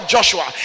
Joshua